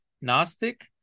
Gnostic